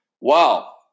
Wow